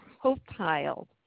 profile